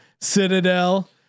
Citadel